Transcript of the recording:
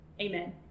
Amen